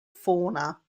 fauna